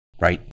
Right